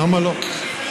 למה לא?